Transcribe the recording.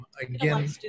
again